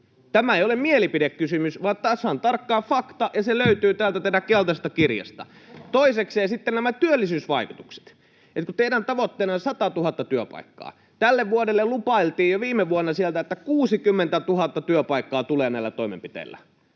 Tämä ei ole mielipidekysymys vaan tasan tarkkaan fakta, [Antti Kurvinen: Kova fakta!] ja se löytyy täältä teidän keltaisesta kirjastanne. Toisekseen sitten nämä työllisyysvaikutukset: Eli kun teidän tavoitteenanne on 100 000 työpaikkaa, tälle vuodelle lupailtiin jo viime vuonna sieltä, että 60 000 työpaikkaa tulee näillä toimenpiteillä,